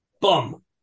bum